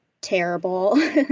terrible